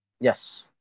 Yes